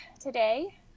today